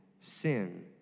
sin